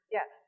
Yes